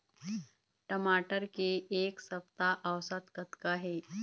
टमाटर के एक सप्ता औसत कतका हे?